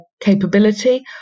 capability